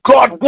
God